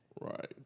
Right